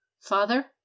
Father